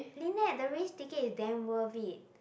Lynette the race ticket is damn worth it